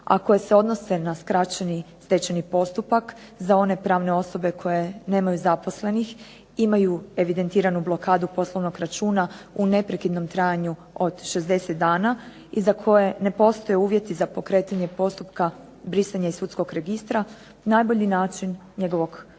a koje se odnose na skraćeni stečajni postupak za one pravne osobe koje nemaju zaposlenih, imaju evidentiranu blokadu poslovnog računa u neprekidnom trajanju od 60 dana i za koje ne postoje uvjeti za pokretanje postupka, brisanje iz sudskog registra, najbolji način njegovog